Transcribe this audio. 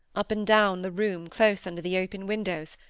up and down the room close under the open windows,